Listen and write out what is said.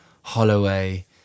holloway